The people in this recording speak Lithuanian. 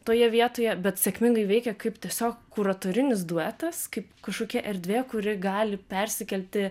toje vietoje bet sėkmingai veikia kaip tiesiog kuratorinis duetas kaip kažkokia erdvė kuri gali persikelti